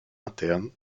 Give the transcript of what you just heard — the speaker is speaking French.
interne